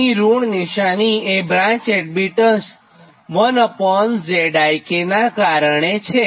અહીં ઋણ નિશાની એ બ્રાંચ એડમીટન્સ 1Zik નાં કારણે છે